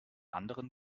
anderen